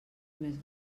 més